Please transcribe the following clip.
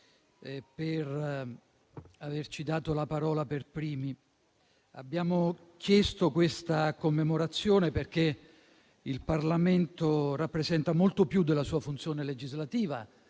e anche per averci fatto intervenire per primi. Abbiamo chiesto questa commemorazione perché il Parlamento rappresenta molto più della sua funzione legislativa